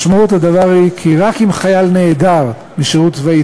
משמעות הדבר היא כי רק אם חייל נעדר משירות צבאי